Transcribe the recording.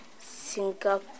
Singapore